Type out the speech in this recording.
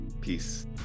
Peace